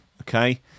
Okay